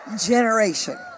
generation